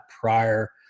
prior